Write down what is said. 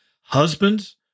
husbands